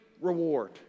reward